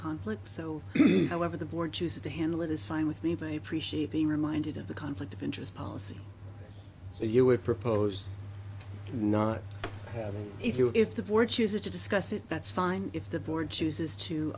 conflict so however the board chooses to handle it is fine with me by appreciate being reminded of the conflict of interest policy so you are proposed and not having if you if the board chooses to discuss it that's fine if the board chooses to